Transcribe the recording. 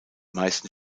meisten